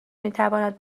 میتواند